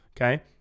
Okay